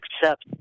accept